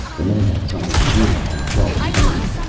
the men had something to do now and felt relieved.